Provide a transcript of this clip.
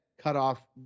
cutoff